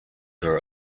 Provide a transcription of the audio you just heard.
her